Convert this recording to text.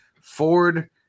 Ford